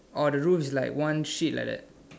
oh the rules is like one sheet like that